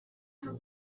bwo